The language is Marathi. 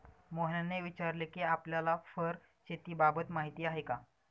मोहनने विचारले कि आपल्याला फर शेतीबाबत माहीती आहे का?